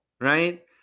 Right